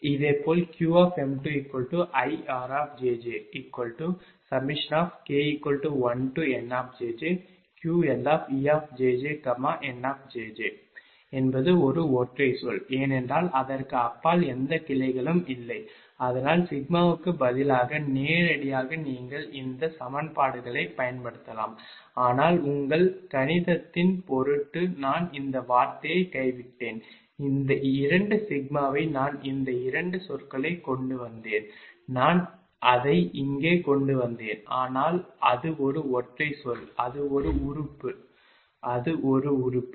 இதேபோல் Qm2IRjjk1NQLejjN என்பது ஒரு ஒற்றைச் சொல் ஏனென்றால் அதற்கு அப்பால் எந்த கிளைகளும் இல்லை அதனால் சிக்மாவுக்கு பதிலாக நேரடியாக நீங்கள் இந்த 2 சமன்பாடுகளைப் பயன்படுத்தலாம் ஆனால் உங்கள் கணிதத்தின் பொருட்டு நான் இந்த வார்த்தையை கைவிட்டேன் இந்த 2 சிக்மாவை நான் இந்த 2 சொற்களைக் கொண்டு வந்தேன் நான் அதை இங்கே கொண்டு வந்தேன் ஆனால் அது ஒரு ஒற்றை சொல் அது ஒரு உறுப்பு அது ஒரு உறுப்பு